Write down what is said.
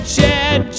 Chad